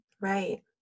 right